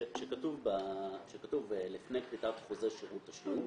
שכתוב לפני כריתת חוזה שירות תשלום,